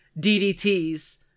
DDTs